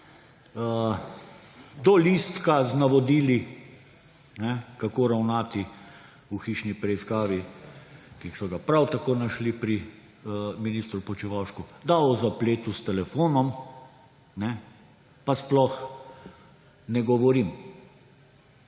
do listka z navodili, kako ravnati v hišni preiskavi, ki so ga prav tako našli pri ministru Počivalšku, da o zapletu s telefonom pa sploh ne govorim.